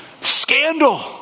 Scandal